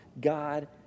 God